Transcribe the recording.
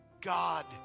God